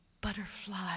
butterfly